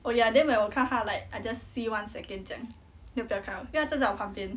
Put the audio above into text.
oh ya when 我看他 like I just see one second 这样 then 不要看他因为他坐在我旁边